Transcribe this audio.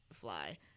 fly